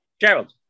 Gerald